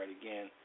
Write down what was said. again